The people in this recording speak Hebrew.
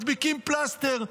מדביקים פלסטר.